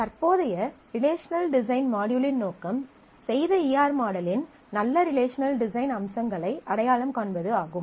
தற்போதைய relational design மாட்யூலின் நோக்கம் செய்த ஈ ஆர் மாடலின் நல்ல ரிலேஷனல் டிசைன் அம்சங்களை அடையாளம் காண்பது ஆகும்